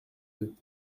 deux